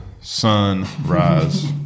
sunrise